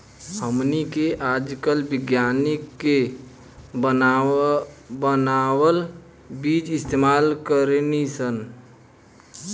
हमनी के आजकल विज्ञानिक के बानावल बीज इस्तेमाल करेनी सन